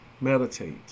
Meditate